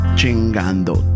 Chingando